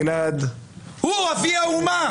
הוא, אבי האומה.